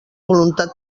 voluntat